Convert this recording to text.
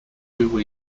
uyghur